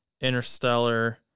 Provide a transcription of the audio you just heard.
Interstellar